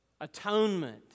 Atonement